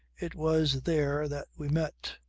it was there that we met.